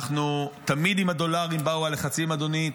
תמיד עם הדולרים באו הלחצים, אדוני.